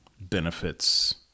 benefits